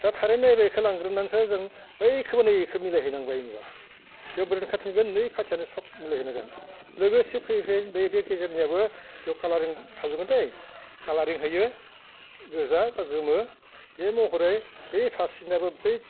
दा थारैनो नैबेखौ लांग्रोनासो जों बैखौबो नै बेखौबो मिलाय हैनांबाय बेयाव ब्रेइन खाथिगोन नै खाथियानो सब मिलायहैनांगोन लोगोसे फैयै फैयै बे बे गेजेरनियाबो बेयाव कालारिं थाजोबगोनदे कालारिं होयो गोजा बा गोमो बे महरै बे फारसेनाबो बै